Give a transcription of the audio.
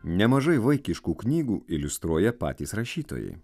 nemažai vaikiškų knygų iliustruoja patys rašytojai